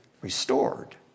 restored